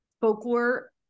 Folklore